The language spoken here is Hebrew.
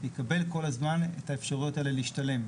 יקבל כל הזמן את האפשרויות האלה להשתלם.